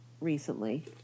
recently